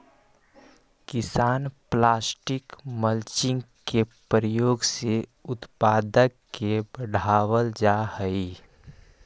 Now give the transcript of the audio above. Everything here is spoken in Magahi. किसान प्लास्टिक मल्चिंग के प्रयोग से उत्पादक के बढ़ावल जा हई